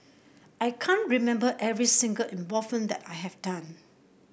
I can't remember every single involvement that I have done